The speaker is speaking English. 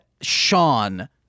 Sean